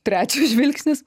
trečias žvilgsnis